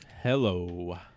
Hello